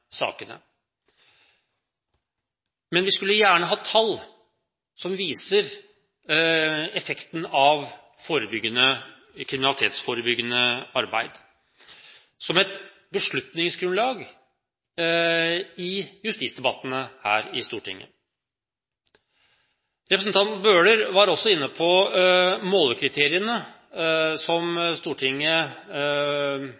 Men vi skulle gjerne hatt tall som viser effekten av kriminalitetsforebyggende arbeid som et beslutningsgrunnlag i justisdebattene her i Stortinget. Representanten Bøhler var også inne på målekriteriene som